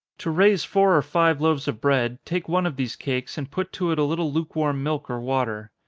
to raise four or five loaves of bread, take one of these cakes, and put to it a little lukewarm milk or water.